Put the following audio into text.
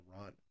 run